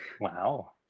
Wow